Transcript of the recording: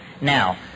Now